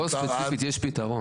פה ספציפית יש פתרון.